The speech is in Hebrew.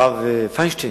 הרב פיינשטיין,